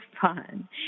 fun